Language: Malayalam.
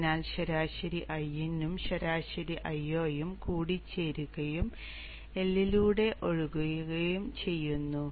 അതിനാൽ ശരാശരി Iin ഉം ശരാശരി Io ഉം കൂടിച്ചേരുകയും L ലൂടെ ഒഴുകുകയും ചെയ്യുന്നു